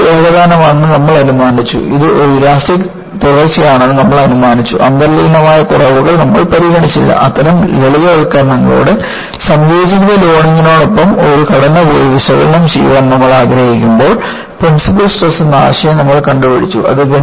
material ഏകതാനമാണെന്ന് നമ്മൾ അനുമാനിച്ചു ഇത് ഒരു ഇലാസ്റ്റിക് തുടർച്ചയാണെന്ന് നമ്മൾ അനുമാനിച്ചു അന്തർലീനമായ കുറവുകൾ നമ്മൾ പരിഗണിച്ചില്ല അത്തരം ലളിതവൽക്കരണങ്ങളോടെ സംയോജിത ലോഡിംഗിനൊപ്പം ഒരു ഘടന പോയി വിശകലനം ചെയ്യാൻ നമ്മൾ ആഗ്രഹിക്കുമ്പോൾ പ്രിൻസിപ്പൽ സ്ട്രെസ് എന്ന ആശയം നമ്മൾ കണ്ടുപിടിച്ചു